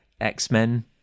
x-men